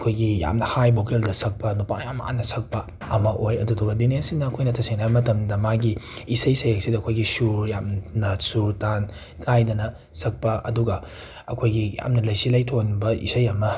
ꯑꯩꯈꯣꯏꯒꯤ ꯌꯥꯝꯅ ꯍꯥꯏ ꯚꯣꯀꯦꯜꯗ ꯁꯛꯄ ꯅꯨꯄꯥ ꯌꯥꯝ ꯃꯥꯟꯅ ꯁꯛꯄ ꯑꯃ ꯑꯣꯏ ꯑꯗꯨꯗꯨꯒ ꯗꯤꯅꯦꯁ ꯁꯤꯅ ꯑꯩꯈꯣꯏꯅ ꯇꯥꯁꯦꯡꯅ ꯍꯥꯏꯔ ꯃꯇꯝꯗ ꯃꯥꯒꯤ ꯏꯁꯩ ꯁꯩꯌꯦꯛ ꯁꯤꯗ ꯑꯩꯈꯣꯏꯒꯤ ꯁꯨꯔ ꯌꯥꯝꯅ ꯁꯨꯔ ꯇꯥꯟ ꯀꯥꯏꯗꯅ ꯁꯛꯄ ꯑꯗꯨꯒ ꯑꯩꯈꯣꯏꯒꯤ ꯌꯥꯝꯅ ꯂꯩꯁꯤ ꯂꯩꯊꯣꯟꯕ ꯏꯁꯩ ꯑꯃ